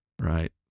Right